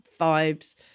vibes